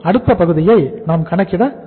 அந்த பகுதியை நாம் கணக்கிட கூடாது